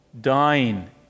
dying